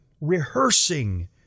rehearsing